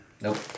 Nope